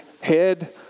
head